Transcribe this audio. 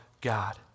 God